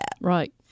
Right